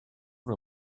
una